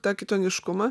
tą kitoniškumą